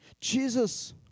Jesus